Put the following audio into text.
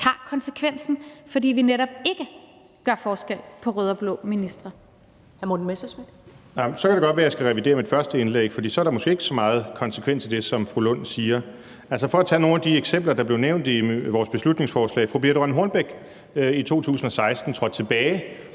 Hr. Morten Messerschmidt. Kl. 15:19 Morten Messerschmidt (DF): Så kan det godt være, at jeg skal revidere mit første indlæg, for så er der måske ikke så meget konsekvens i det, som fru Rosa Lund siger. Altså, for at tage nogle af de eksempler, der blev nævnt i vores beslutningsforslag: Fru Birthe Rønn Hornbech trådte tilbage